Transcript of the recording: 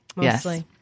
Yes